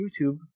YouTube